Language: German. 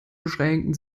beschränken